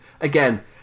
Again